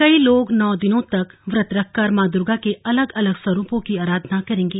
कई लोग नौ दिनों तक व्रत रखकर मां दुर्गा के अलग अलग स्वरूपों की अराधना करेंगे